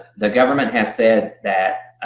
the government has said that,